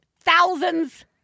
thousands